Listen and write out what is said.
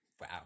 Wow